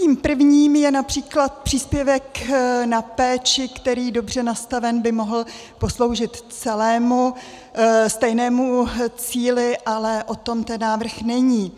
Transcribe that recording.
Tím prvním je například příspěvek na péči, který dobře nastaven by mohl posloužit stejnému cíli, ale o tom ten návrh není.